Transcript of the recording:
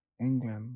England